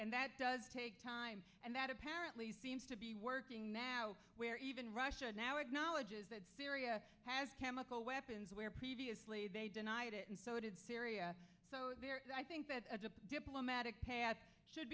and that does take time and that apparently seems to be working now where even russia now acknowledges that syria has chemical weapons where previously they denied it and so did syria so i think that diplomatic path should